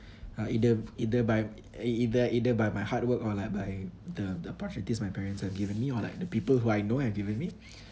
uh either either by either either either by my hard work or like by the the opportunities my parents have given me or like the people who I know have given me